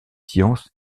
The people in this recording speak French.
sciences